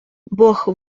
бог